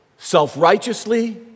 self-righteously